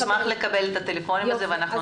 אני אשמח לקבל את הטלפונים האלה ואנחנו